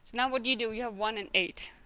now what do you do you have one and eight